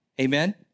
Amen